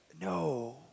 no